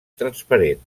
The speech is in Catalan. transparent